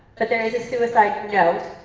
but there is a suicide note.